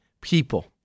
people